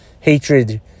hatred